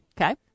Okay